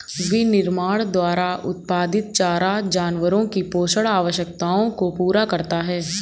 विनिर्माण द्वारा उत्पादित चारा जानवरों की पोषण आवश्यकताओं को पूरा करता है